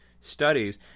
studies